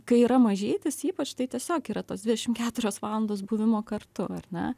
kai yra mažytis ypač tai tiesiog yra tos dvidešim keturios valandos buvimo kartu ar ne